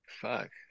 Fuck